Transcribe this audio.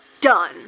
done